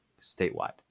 statewide